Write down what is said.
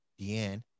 Deanne